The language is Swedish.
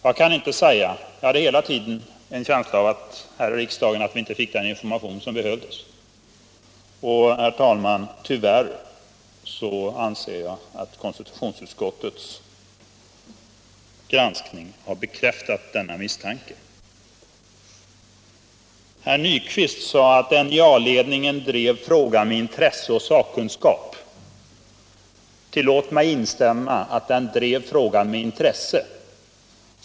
Jag har hela tiden haft den känslan att vi i riksdagen inte fått den information som behövdes och, herr talman, tyvärr anser jag att konstitutionsutskottets granskning har bekräftat denna misstanke. Herr Nyquist sade att NJA-ledningen drev frågan med intresse och sakkunskap. Tillåt mig instämma i att den drev frågan med intresse.